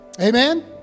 Amen